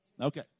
Okay